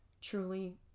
truly